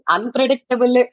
Unpredictable